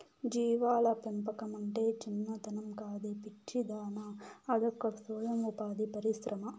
జీవాల పెంపకమంటే చిన్నతనం కాదే పిచ్చిదానా అదొక సొయం ఉపాధి పరిశ్రమ